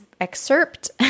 excerpt